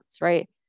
right